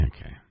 okay